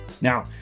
Now